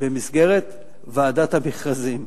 בוועדת המכרזים.